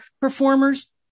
performers